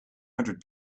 hundred